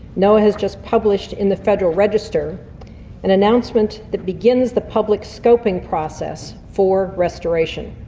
noaa has just published in the federal register an announcement that begins the public scoping process for restoration.